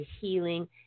healing